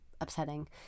upsetting